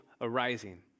arising